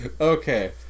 Okay